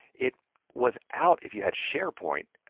it was out if you had sharepoint